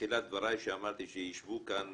מתחילת דבריי שאמרתי שישבו כאן